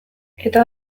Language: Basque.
eta